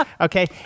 Okay